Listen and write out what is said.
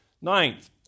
Ninth